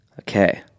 Okay